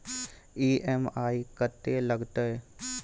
EMI कत्ते लगतै?